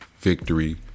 victory